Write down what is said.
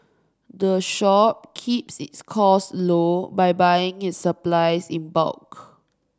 the shop keeps its cost low by buying its supplies in bulk